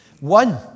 one